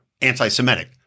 anti-Semitic